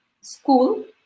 school